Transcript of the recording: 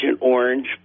Orange